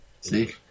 See